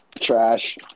Trash